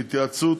בהתייעצות